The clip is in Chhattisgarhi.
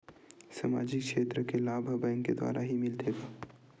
सामाजिक क्षेत्र के लाभ हा बैंक के द्वारा ही मिलथे का?